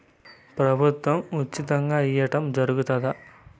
ప్రభుత్వం ఉచితంగా ఇయ్యడం జరుగుతాదా?